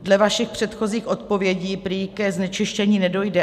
Dle vašich předchozích odpovědí prý ke znečištění nedojde.